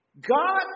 God